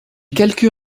quelques